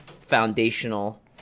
foundational